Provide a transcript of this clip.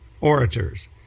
orators